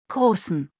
Großen